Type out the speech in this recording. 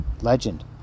legend